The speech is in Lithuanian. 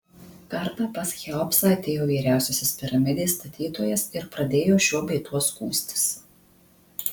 kartą pas cheopsą atėjo vyriausiasis piramidės statytojas ir pradėjo šiuo bei tuo skųstis